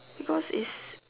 because is